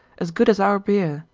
as good as our beer,